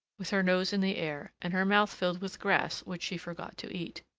with her nose in the air, and her mouth filled with grass which she forgot to eat.